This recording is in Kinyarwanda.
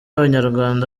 abanyarwanda